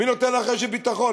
מי נותן לך רשת ביטחון?